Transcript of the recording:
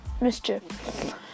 mischief